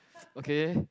okay